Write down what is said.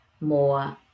more